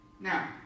Now